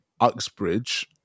Uxbridge